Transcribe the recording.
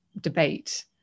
debate